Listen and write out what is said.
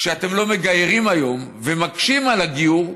שאתם לא מגיירים היום ומקשים את הגיור,